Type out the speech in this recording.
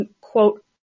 quote